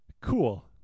cool